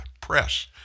press